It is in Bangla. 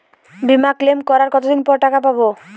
বিমা ক্লেম করার কতদিন পর টাকা পাব?